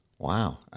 Wow